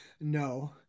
No